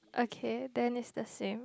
okay then is the same